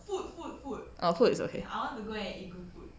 oh food is okay